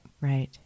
Right